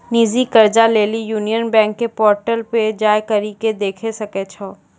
निजी कर्जा लेली यूनियन बैंक के पोर्टल पे जाय करि के देखै सकै छो